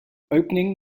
opening